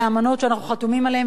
אלה אמנות שאנחנו חתומים עליהן,